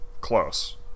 close